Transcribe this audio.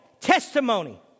testimony